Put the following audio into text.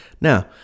Now